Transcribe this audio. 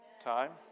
time